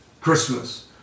Christmas